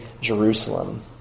Jerusalem